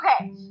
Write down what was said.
Okay